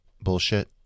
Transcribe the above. bullshit